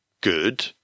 Good